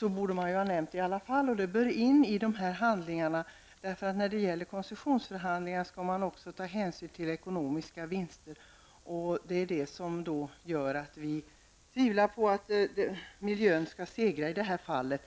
borde man ha nämnt det här. Det bör in i dessa handlingar, eftersom man vid konsessionsförhandlingar även skall ta hänsyn till ekonomiska vinster. Det är därför som vi tvivlar på att miljön kommer att segra i det här fallet.